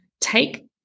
take